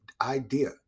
idea